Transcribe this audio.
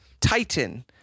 Titan